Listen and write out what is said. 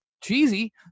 cheesy